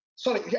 Sorry